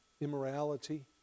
immorality